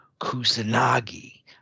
Kusanagi